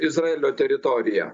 izraelio teritorija